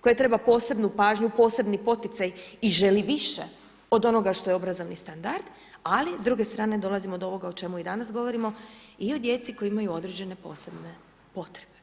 koje treba posebnu pažnju, posebni poticaj i želi više od onoga što je obrazovni standard, ali s druge strane dolazimo do ovoga o čemu i danas govorimo i o djeci koja imaju određene posebne potrebe.